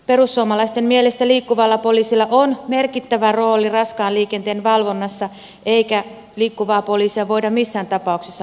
perussuomalaisten mielestä liikkuvalla poliisilla on merkittävä rooli raskaan liikenteen valvonnassa eikä liikkuvaa poliisia voida missään tapauksessa lopettaa